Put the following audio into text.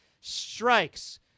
strikes –